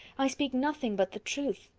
i speak nothing but the truth.